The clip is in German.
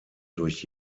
durch